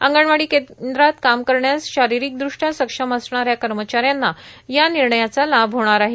अंगणवाडी केंद्रात काम करण्यास शारीरिकदृष्ट्या सक्षम असणाऱ्या कर्मचाऱ्यांना या निर्णयाचा लाभ होणार आहे